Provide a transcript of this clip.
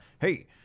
Hey